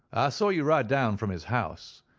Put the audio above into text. i saw you ride down from his house.